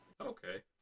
Okay